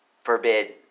forbid